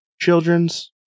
children's